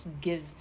give